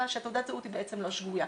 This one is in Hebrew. שתעודת הזהות היא בעצם לא שגויה.